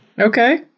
Okay